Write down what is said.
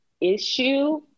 issue